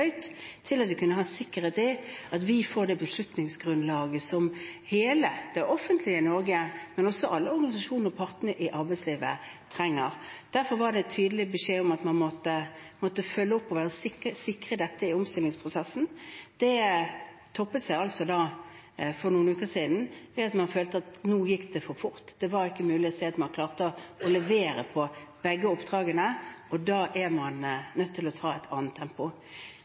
til at vi kunne ha sikkerhet for å få det beslutningsgrunnlaget som hele det offentlige Norge, men også alle organisasjonene og partene i arbeidslivet trenger. Derfor var det en tydelig beskjed om at man måtte følge opp og sikre dette i omstillingsprosessen. Det toppet seg altså for noen uker siden – det at man følte at nå gikk det for fort. Det var ikke mulig å se at man klarte å levere på begge oppdragene, og da er man nødt til å ta et annet tempo.